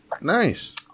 nice